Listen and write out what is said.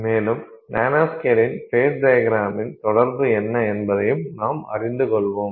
மேலும் நானோஸ்கேலின் ஃபேஸ் டையக்ரம்ஸின் தொடர்பு என்ன என்பதையும் நாம் அறிந்து கொள்வோம்